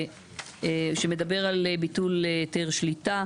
שמדבר על ביטול היתר שליטה,